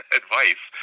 advice